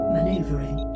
Maneuvering